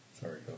Sorry